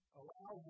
allow